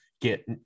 get